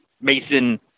Mason